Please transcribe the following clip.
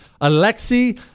Alexei